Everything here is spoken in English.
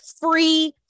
free